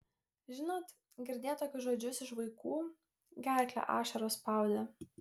žinot girdėt tokius žodžius iš vaikų gerklę ašaros spaudė